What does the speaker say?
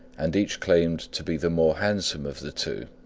and each claimed to be the more handsome of the two.